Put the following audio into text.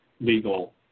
legal